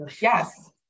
Yes